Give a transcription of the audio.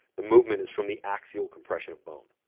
the movement is from the axial compression of bone.